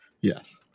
yes